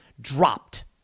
dropped